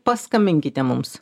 paskambinkite mums